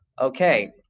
okay